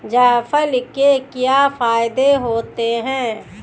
जायफल के क्या फायदे होते हैं?